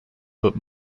but